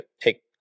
take